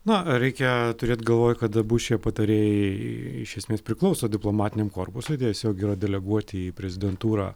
na reikia turėt galvoj kad abu šie patarėjai iš esmės priklauso diplomatiniam korpusui tiesiog yra deleguoti į prezidentūrą